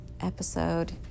episode